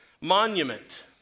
monument